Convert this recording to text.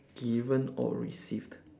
given or received